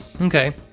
Okay